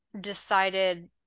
decided